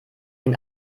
den